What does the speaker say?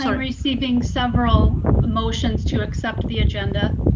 um receiving several motions to accept the agenda.